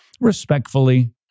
Respectfully